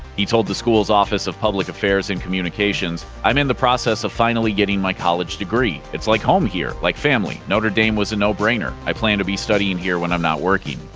he told the school's office of public affairs and communications i'm in the process of finally getting my college degree. it's like home here. like family. notre dame was a no-brainer. i plan to be studying here when i'm not working.